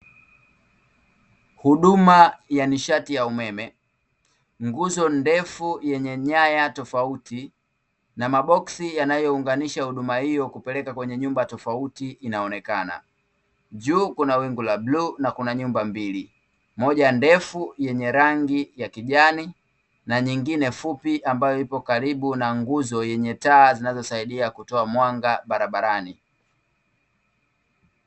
Huduma ya nishati ya umeme, nguzo ndefu yenye nyaya tofauti na maboksi yanayounganisha huduma hiyo kupeleka kwenye nyumba tofauti inaonekana. Juu kuna wingu la bluu na kuna nyumba mbili; moja ndefu yenye rangi ya kijani na nyingine fupi ambayo ipo karibu na nguzo yenye taa zinazosaidia kutoa mwanga barabarani.